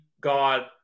God